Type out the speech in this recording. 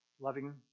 loving